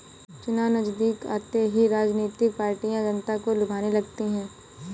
चुनाव नजदीक आते ही राजनीतिक पार्टियां जनता को लुभाने लगती है